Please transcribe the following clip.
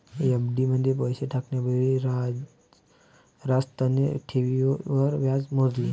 FD मध्ये पैसे टाकण्या पूर्वी राजतने ठेवींवर व्याज मोजले